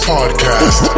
Podcast